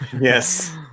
Yes